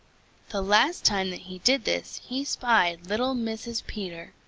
the last time that he did this he spied little mrs. peter,